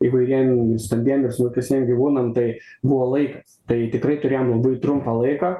įvairiem stambiem ir smulkesniem gyvūnam tai buvo laikas tai tikrai turėjom labai trumpą laiką